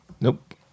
Nope